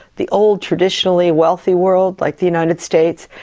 the old traditionally wealthy world, like the united states,